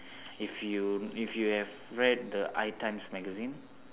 if you if you have read the I times magazine